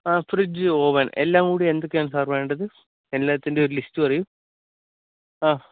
ആ fridge oven എല്ലാം കൂടെ എന്തൊക്കെയാണ് സാര് വേണ്ടത് എല്ലാത്തിന്റെയും ഒരു ലിസ്റ്റ് പറയൂ ആഹ്